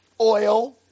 oil